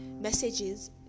messages